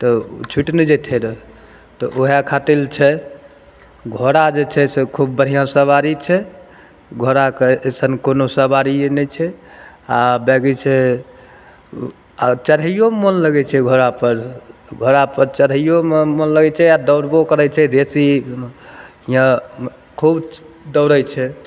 तऽ ओ छुटि नहि जएतै रहै तऽ वएह खातिर छै घोड़ा जे छै से खूब बढ़िआँ सवारी छै घोड़ाके अइसन कोनो सवारिए नहि छै आओर बैगीसे आओर चढ़ैओमे मोन लागै छै घोड़ापर घोड़ापर चढ़ैओमे मोन लगै छै आओर दौड़बो करै छै बेसी हिआँ खूब दौड़ै छै